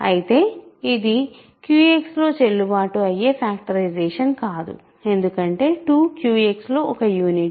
అయితే ఇది QX లో చెల్లుబాటు అయ్యే ఫ్యాక్టరైజేషన్ కాదు ఎందుకంటే 2 QX లో ఒక యూనిట్